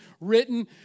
written